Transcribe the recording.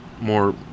more